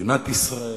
במדינת ישראל.